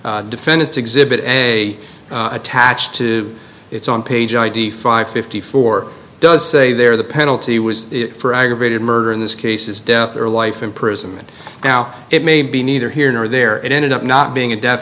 defendant's exhibit a attached to it's on page id five fifty four does say there the penalty was for aggravated murder in this case is death or life imprisonment now it may be neither here nor there it ended up not being a de